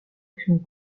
actions